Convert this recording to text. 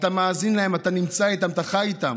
אתה מאזין להם, אתה נמצא איתם, אתה חי איתם.